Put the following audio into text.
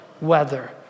weather